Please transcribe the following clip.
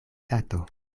kato